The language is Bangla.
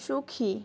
সখী